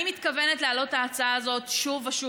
אני מתכוונת להעלות את ההצעה הזאת שוב ושוב